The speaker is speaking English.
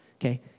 Okay